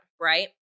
right